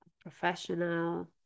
professional